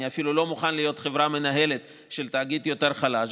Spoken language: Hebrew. אני אפילו לא מוכן להיות חברה מנהלת של תאגיד יותר חלש,